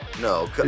No